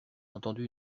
entendu